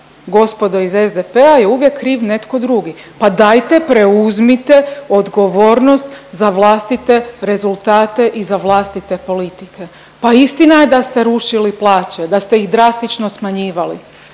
gospodo iz SPD-a je uvijek kriv netko drugi, pa dajte preuzmite odgovornost za vlastite rezultate i za vlastite politike, pa istina je da ste rušili plaće, da ste ih drastično smanjivali,